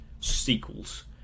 sequels